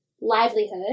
livelihood